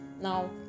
now